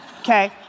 Okay